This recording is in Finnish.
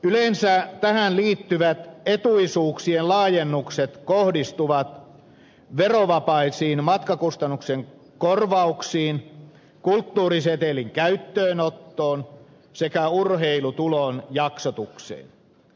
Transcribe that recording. yleensä tähän liittyvät etuisuuksien laajennukset kohdistuvat verovapaisiin matkakustannusten korvauksiin kulttuurisetelin käyttöönottoon sekä urheilutulon jaksotukseen